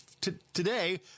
today